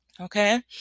Okay